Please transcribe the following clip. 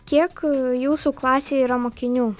kiek jūsų klasėj yra mokinių